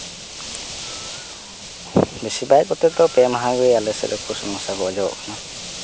ᱵᱤᱥᱤᱨ ᱵᱷᱟᱜᱽ ᱠᱟᱛᱮ ᱫᱚ ᱯᱮ ᱢᱟᱦᱟ ᱜᱮ ᱟᱞᱮ ᱥᱮᱫ ᱫᱚ ᱥᱩᱱᱩᱢ ᱥᱟᱥᱟᱝ ᱠᱚ ᱚᱡᱚᱜᱚᱜ ᱠᱟᱱᱟ